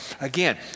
Again